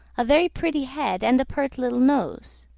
a very pretty head, and a pert little nose.